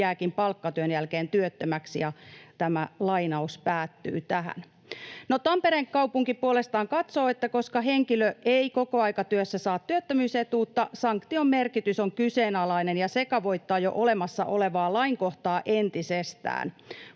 jääkin työn jälkeen työttömäksi?” Tampereen kaupunki puolestaan katsoo, että koska henkilö ei kokoaikatyössä saa työttömyysetuutta, sanktion merkitys on kyseenalainen ja sekavoittaa jo olemassa olevaa lainkohtaa entisestään.